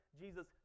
Jesus